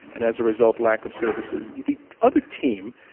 and as a result, lack of services. the other team